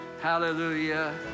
hallelujah